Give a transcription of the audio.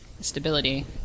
stability